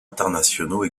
internationaux